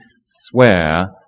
swear